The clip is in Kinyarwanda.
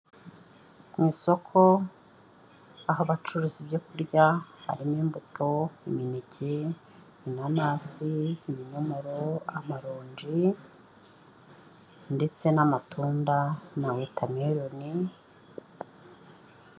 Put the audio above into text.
Mu isoko aho bacuruza ibyo kurya, harimo imbuto, imineke, inanasi, ibinyomoro, amaronji ndetse n'amatunda na water mellon.